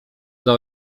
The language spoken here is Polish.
dla